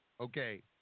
Okay